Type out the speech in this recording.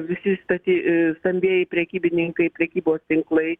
visi stati stambieji prekybininkai prekybos tinklai